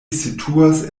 situas